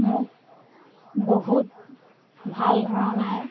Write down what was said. মোক বহুত ভাল ধৰণে